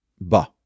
ba